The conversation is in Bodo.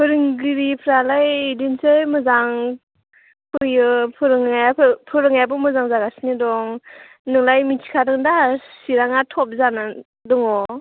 फोरोंगिरिफ्रालाय बिदिनोसै मोजां फैयो फोरोंनायाबो मोजां जागासिनो दं नोंलाय मिथिखादों दा सिरांआ टप जानानै दङ